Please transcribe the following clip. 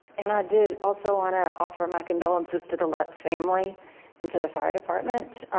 and i did also wanna offer my condolences to the lutz family and to the fire department.